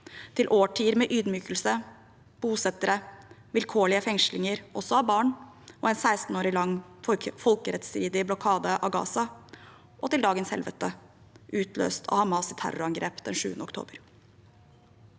og årtier med ydmykelse, bosettere, vilkårlige fengslinger – også av barn – og en 16-årig lang folkerettsstridig blokade av Gaza, til dagens helvete utløst av Hamas’ terrorangrep den 7. oktober.